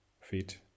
feet